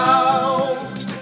out